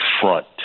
front